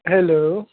hello